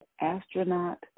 astronaut